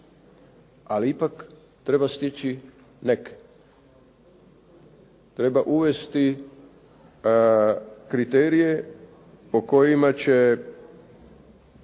ali ipak treba stići neke. Treba uvesti kriterije po kojima će